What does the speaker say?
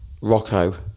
Rocco